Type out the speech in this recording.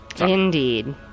indeed